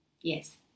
Yes